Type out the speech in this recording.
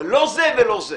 לא זה ולא זה.